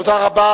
תודה רבה.